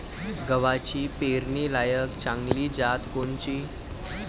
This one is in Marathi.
गव्हाची पेरनीलायक चांगली जात कोनची?